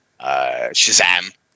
Shazam